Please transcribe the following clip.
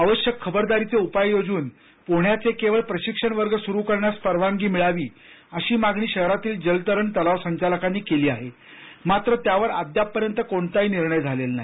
आवश्यक खबरदारीचे उपाय योजून पोहोण्याचे केवळ प्रशिक्षण वर्ग सुरु करण्यास परवानगी मिळावी अशी मागणी शहरातील जलतरण तलाव संचालकांनी केली आहे मात्र त्यावर अद्यापपर्यंत निर्णय झालेला नाही